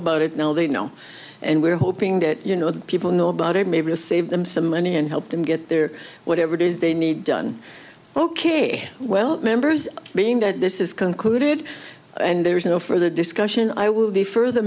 it now they know and we're hoping that you know the people know about it maybe to save them some money and help them get their whatever it is they need done ok well members being that this is concluded and there is no further discussion i will defer th